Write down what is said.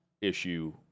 issue